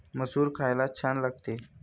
मसूर खायला छान लागते